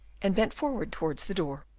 and bent forward towards the door.